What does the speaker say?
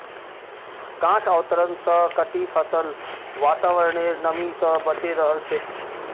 गांठ आवरण स कटी फसल वातावरनेर नमी स बचे रह छेक